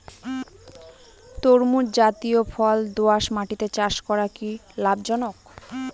তরমুজ জাতিয় ফল দোঁয়াশ মাটিতে চাষ করা কি লাভজনক?